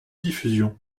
diffusion